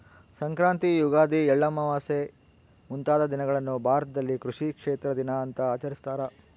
ಸಂಕ್ರಾಂತಿ ಯುಗಾದಿ ಎಳ್ಳಮಾವಾಸೆ ಮುಂತಾದ ದಿನಗಳನ್ನು ಭಾರತದಲ್ಲಿ ಕೃಷಿ ಕ್ಷೇತ್ರ ದಿನ ಅಂತ ಆಚರಿಸ್ತಾರ